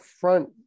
front